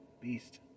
beast